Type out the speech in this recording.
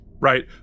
right